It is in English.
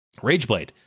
Rageblade